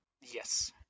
yes